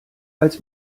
als